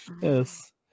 Yes